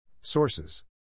Sources